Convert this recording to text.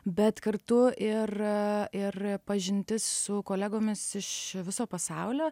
bet kartu ir ir pažintis su kolegomis iš viso pasaulio